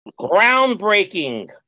groundbreaking